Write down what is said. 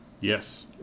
Yes